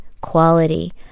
quality